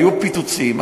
היו פיצוצים,